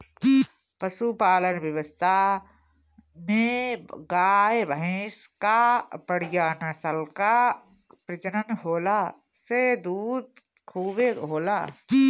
पशुपालन व्यवस्था में गाय, भइंस कअ बढ़िया नस्ल कअ प्रजनन होला से दूध खूबे होला